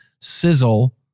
sizzle